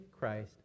Christ